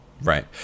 Right